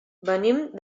venim